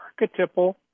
archetypal